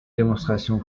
démonstration